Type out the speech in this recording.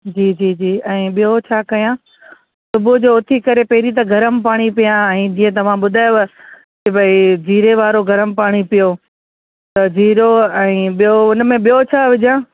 जी जी जी ऐं ॿियो छा कयां सुबुह जो उथी करे पहिरीं त गरमु पाणी पीआ ऐं जीअं तव्हां ॿुधायव की भई जीरे वारो गरमु पाणी पीओ त जीरो ऐं ॿियो हुन में ॿियो छा विझा